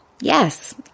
yes